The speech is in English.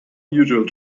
unusual